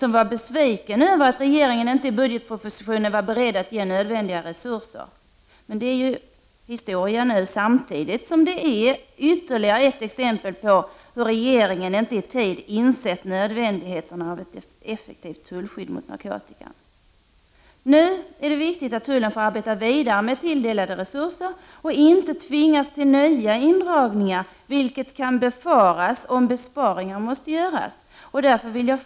Vi var besvikna över att regeringen i budgetpropositionen inte var beredd att ge nödvändiga resurser. Det är emellertid historia nu, samtidigt som det är ytterligare ett exempel på att regeringen inte i tid insett nödvändigheten av ett effektivt tullskydd mot narkotikan. Nu är det viktigt att tullen får arbeta vidare med tilldelade resurser och inte tvingas till nya indragningar, vilket kan befaras om besparingar måste göras.